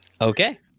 Okay